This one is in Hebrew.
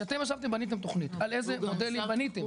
כשאתם ישבתם ובניתם תכנית, על איזה מודלים בניתם?